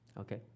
Okay